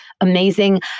amazing